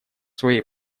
своей